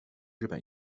日本